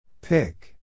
Pick